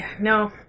No